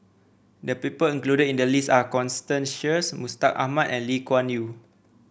the people included in the list are Constance Sheares Mustaq Ahmad and Lee Kuan Yew